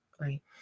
right